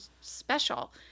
special